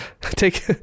take